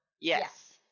Yes